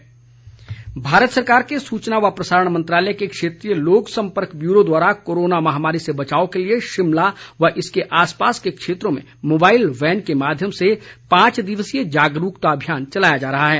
जागरुकता अभियान भारत सरकार के सूचना व प्रसारण मंत्रालय के क्षेत्रीय लोक संपर्क ब्यूरो द्वारा कोरोना महामारी से बचाव के लिये शिमला व इसके आसपास के क्षेत्रों में मोबाइल वैन के माध्यम से पांच दिवसीय जागरुकता अभियान चलाया जा रहा है